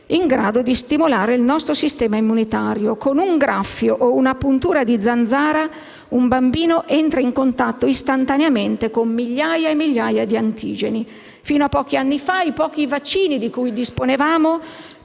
in grado cioè di stimolare il nostro sistema immunitario. Con un graffio o una puntura di zanzara un bambino entra in contatto istantaneamente con migliaia e migliaia di antigeni. Fino a pochi anni fa i pochi vaccini di cui disponevamo